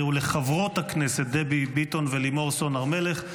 ולחברות הכנסת דבי ביטון ולימור סון הר מלך,